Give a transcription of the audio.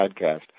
podcast